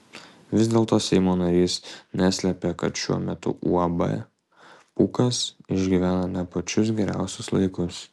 vis dėlto seimo narys neslėpė kad šiuo metu uab pūkas išgyvena ne pačius geriausius laikus